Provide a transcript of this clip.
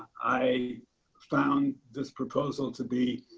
i found this proposal to be